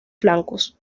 flancos